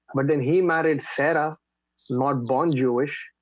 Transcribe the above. but then he married sarah not born. jewish.